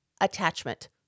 attachment